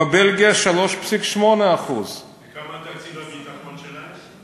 בבלגיה 3.8%. וכמה תקציב הביטחון שלהם?